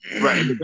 Right